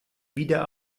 wieder